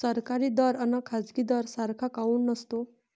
सरकारी दर अन खाजगी दर सारखा काऊन नसतो?